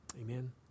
Amen